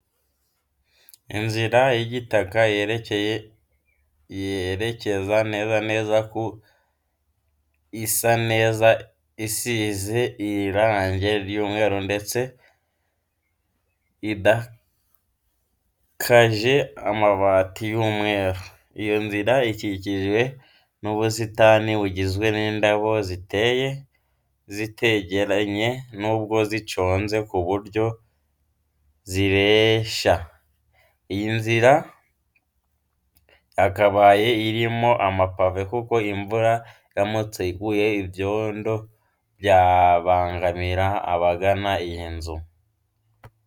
Inzira y'igitaka yerekeza neza neza ku isa neza isize irange ry'umweru ndetse idakaje amabati y'ubururu. Iyo nzira ikikijwe n'ubusitani bugizwe n'indabo ziteye zitegeranye nubwo ziconze ku buryo zirenya. Iyi nzira yakabaye irimo amapave kuko imvura iramutse iguye ibyondo byabangamira abagana iyi nzu.